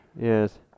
Yes